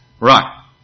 Right